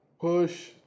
push